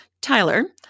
Tyler